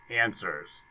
answers